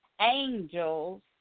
angels